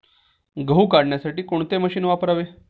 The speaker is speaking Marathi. गहू काढण्यासाठी कोणते मशीन वापरावे?